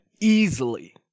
easily